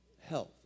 health